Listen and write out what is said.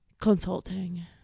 consulting